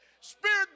spirit